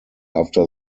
after